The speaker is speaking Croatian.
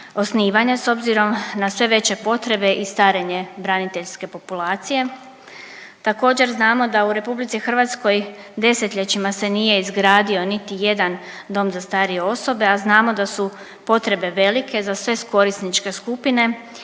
osnivanje s obzirom na sve veće potrebe i starenje braniteljske populacije. Također znamo da u RH desetljećima se nije izgradio niti jedan dom za starije osobe, a znamo da su potrebe velike za sve korisničke skupine i